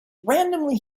randomly